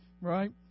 Right